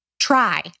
try